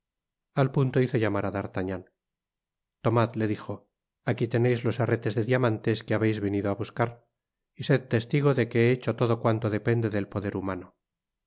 al punto hizo llamar á d'artagnan tomad le dijo aqui teneis los herretes de diamantes que habeis venido á buscar y sed testigo de que he hecho todo cuanto depende del poder humano